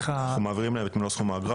אנחנו מעבירים להם את מלוא סכום האגרה